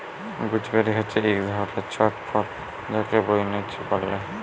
gooseberry হচ্যে এক ধরলের ছট ফল যাকে বৈনচি ব্যলে